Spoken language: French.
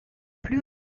plus